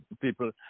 people